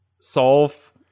solve